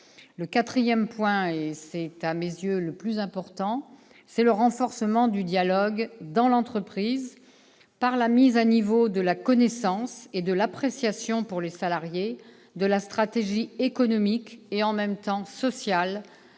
Le quatrième point fort, qui est à mes yeux le plus important, c'est le renforcement du dialogue dans l'entreprise par la mise à niveau de la connaissance et de l'appréciation pour les salariés de la stratégie économique et sociale